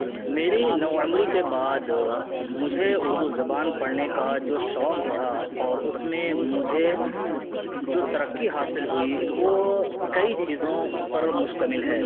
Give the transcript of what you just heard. میری نوعمری کے بعد مجھے اردو زبان پڑھنے کا جو شوق بڑھا اور اس میں مجھے جو ترقی حاصل ہوئی وہ کئی چیزوں پر مشتمل ہے